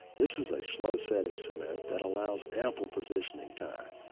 this is a slow setting cement that allows ample positioning time.